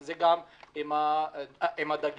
זה גם עם הדגים,